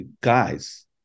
guys